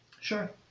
Sure